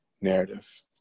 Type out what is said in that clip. narrative